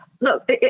look